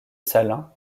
salins